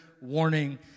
warning